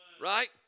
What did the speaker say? right